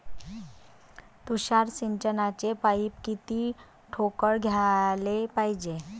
तुषार सिंचनाचे पाइप किती ठोकळ घ्याले पायजे?